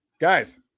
guys